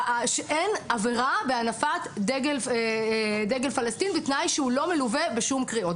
שאין עבירה בהנפת דגל פלסטין בתנאי שהיא לא מלווה בשום קריאות.